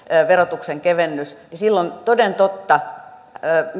verotuksen kevennys ja silloin toden totta